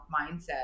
mindset